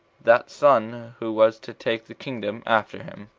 that son who was to take the kingdom after him.